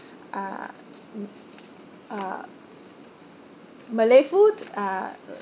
uh uh malay food uh